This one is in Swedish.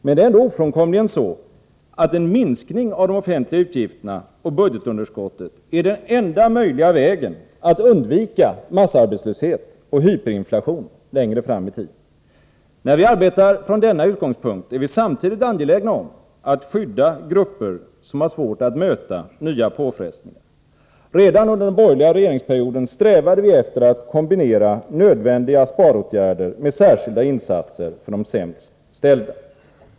Men det är ändå ofrånkomligen så, att en minskning av de offentliga utgifterna och därmed budgetunderskottet är den enda möjliga vägen att undvika massarbetslöshet och hyperinflation längre fram i tiden. När vi arbetar från denna utgångspunkt är vi samtidigt angelägna om att skydda grupper som har svårt att möta nya påfrestningar. Redan under den borgerliga regeringsperioden strävade vi efter att kombinera nödvändiga sparåtgärder med särskilda insatser för de sämst ställda.